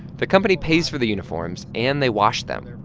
the company pays for the uniforms and they wash them,